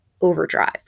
Overdrive